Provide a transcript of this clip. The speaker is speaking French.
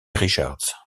richards